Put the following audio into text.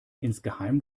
insgeheim